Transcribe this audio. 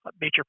major